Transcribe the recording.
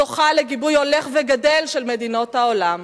הזוכה לגיבוי הולך וגדל של מדינות העולם,